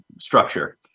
structure